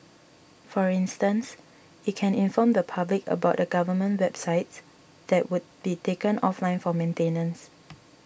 for instance it can inform the public about the government websites that would be taken offline for maintenance